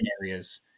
areas